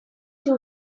two